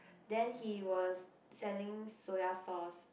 then he was selling soya sauce